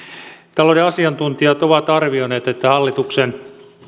talouden asiantuntijat ovat arvioineet että hallituksen